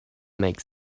make